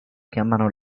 chiamano